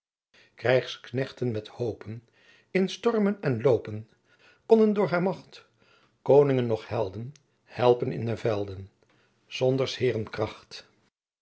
krijgsknechten met hoopen in stormen en loopen konnen door haar macht koningen noch helden helpen in de velden sonder s heeren